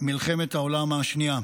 מלחמת העולם השנייה.